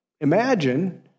imagine